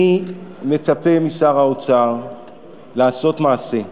אני מצפה משר האוצר לעשות מעשה.